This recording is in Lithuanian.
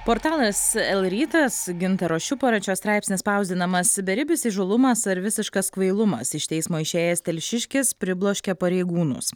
portalas lrytas gintaro šiupario čia straipsnis spausdinamas beribis įžūlumas ar visiškas kvailumas iš teismo išėjęs telšiškis pribloškė pareigūnus